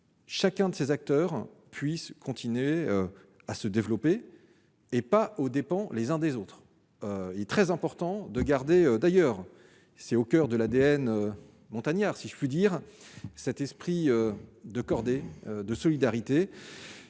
chacun de ces acteurs puissent continuer à se développer et pas aux dépens les uns des autres, il est très important de garder, d'ailleurs, c'est au coeur de l'ADN montagnard, si je puis dire, cet esprit de cordée de solidarité